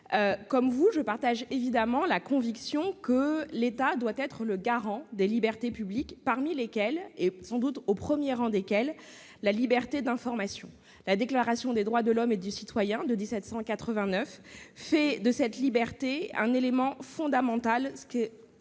nationale. Je partage évidemment avec vous la conviction que l'État doit être le garant des libertés publiques, parmi lesquelles figure, sans doute au premier rang, la liberté d'information. La Déclaration des droits de l'homme et du citoyen de 1789 fait de cette liberté un principe fondamental, « un des